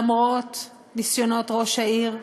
למרות ניסיונות ראש העיר.